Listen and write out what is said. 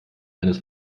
eines